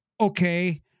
okay